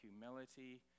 humility